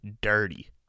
dirty